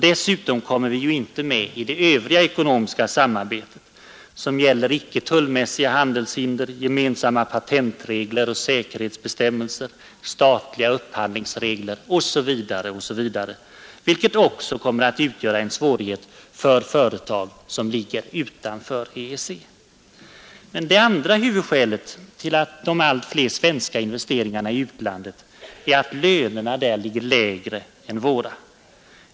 Dessutom kommer vi ju inte med i det övriga ekonomiska samarbetet, som gäller icke-tullmässiga handelshinder, gemensamma patentregler och säkerhetsbestämmelser, statliga upphandlingsregler osv., vilket också kommer att utgöra en svårighet för företag som ligger utanför EEC. Det andra huvudskälet till de allt fler svenska investeringarna i utlandet är att lönerna där ligger lägre än hos oss.